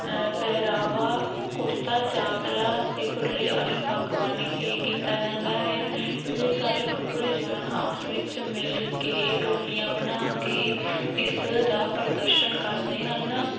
ਪਹਿਰਾਵਾ ਕੁੜਤਾ ਚਾਦਰਾ ਅਤੇ ਤੁਰਲੇ ਵਾਲੀ ਪੱਗ ਬੰਨ੍ਹ ਕੇ ਕੀਤਾ ਜਾਂਦਾ ਹੈ ਇਹ ਸਾਰੇ ਗੱਭਰੂ ਜਵਾਨ ਆਪਸ ਵਿੱਚ ਮਿਲ ਕੇ ਟੋਲੀਆਂ ਬਣਾ ਕੇ ਇਸ ਦਾ ਪ੍ਰਦਰਸ਼ਨ ਕਰਦੇ ਹਨ